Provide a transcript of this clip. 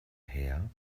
her